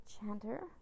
chanter